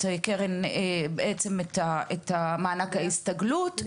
מענק ההסתגלות.